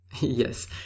Yes